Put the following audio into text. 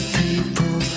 people